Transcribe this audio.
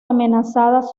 amenazadas